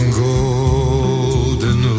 golden